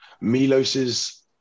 milos's